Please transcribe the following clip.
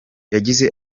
yagize